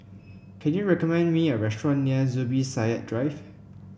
can you recommend me a restaurant near Zubir Said Drive